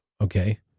okay